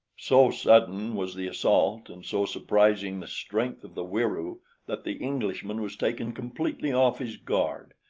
so sudden was the assault and so surprising the strength of the wieroo that the englishman was taken completely off his guard.